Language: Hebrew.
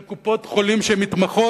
של קופות-חולים שמתמחות,